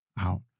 out